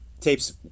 tapes